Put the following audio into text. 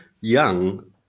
young